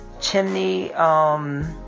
Chimney